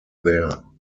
there